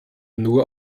nur